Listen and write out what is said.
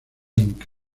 inc